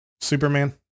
Superman